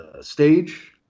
stage